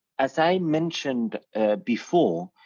as i mentioned before,